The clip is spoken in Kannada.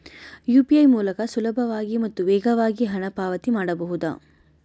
ಯು.ಪಿ.ಐ ಮೂಲಕ ಸುಲಭವಾಗಿ ಮತ್ತು ವೇಗವಾಗಿ ಹಣ ಪಾವತಿ ಮಾಡಬಹುದಾ?